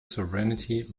sovereignty